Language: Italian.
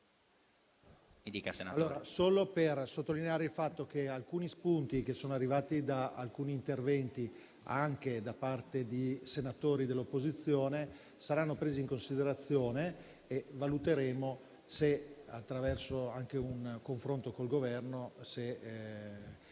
solo sottolineare il fatto che alcuni spunti arrivati da alcuni interventi, anche da parte di senatori dell'opposizione, saranno presi in considerazione. Valuteremo, anche attraverso un confronto col Governo, se